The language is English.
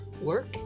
work